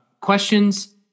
Questions